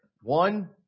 One